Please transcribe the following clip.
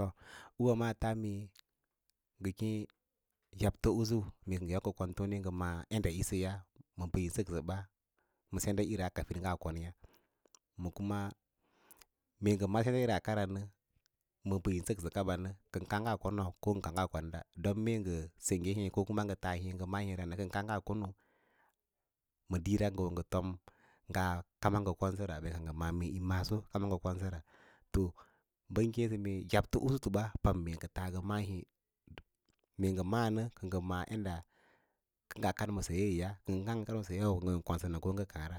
To ûwâ maa taa mee ngə yabto usu mee ngən yau mee ngə kon tone ngə maꞌâ yaɗda yisiya ma mbə yin səksəba me denɗaꞌira kafin ngaa konyã, ma kuma me ngə maꞌǎ sendaꞌira kara nə ma mbə yin səksə kaba na, kə ngə kaã kono ko kura ngaa konda dom mee ngə sengge hê ngə fas hê ngə maꞌā hê ra nə, kə ngə kaã ngaa kono ma dííra ngə wo ngə tom a kama ngə kon səra mee ka ngə maꞌǎ nə mee ka maaso kama ngə konsəra, to bəyi keẽ sə mee, yabto ꞌusu ba pam mee ngə faa ngə maꞌa hê, mee ngə maꞌa nə kə ngə maꞌâ yadda kə ngaa kad ma sayeeya mee ngə konsən ko ngə kaãra,